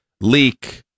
leak